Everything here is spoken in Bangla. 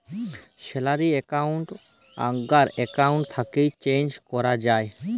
স্যালারি একাউল্ট আগ্কার একাউল্ট থ্যাকে চেঞ্জ ক্যরা যায়